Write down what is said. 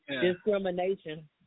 discrimination